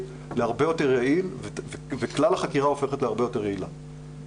להרבה יותר יעיל וכלל החקירה הופכת להרבה יותר יעילה.